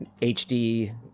HD